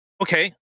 Okay